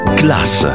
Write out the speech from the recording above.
class